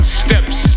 steps